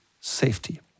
safety